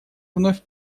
вновь